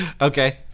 okay